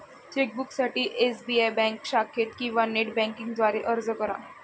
चेकबुकसाठी SBI bank शाखेत किंवा नेट बँकिंग द्वारे अर्ज करा